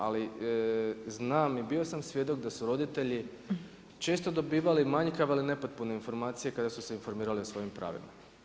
Ali znam i bio sam svjedok da su roditelji često dobivali manjkave ali i nepotpune informacije kada su se informirali o svojim pravima.